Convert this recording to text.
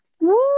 Woo